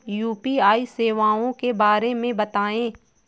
UPI सेवाओं के बारे में बताएँ?